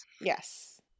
yes